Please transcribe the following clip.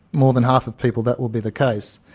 more than half of people that will be the case.